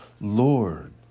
Lord